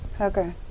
Okay